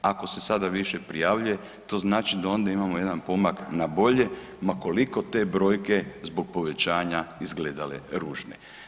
Ako se sada više prijavljuje to znači da onda imamo jedan pomak na bolje ma koliko te brojke zbog povećanja izgledale ružne.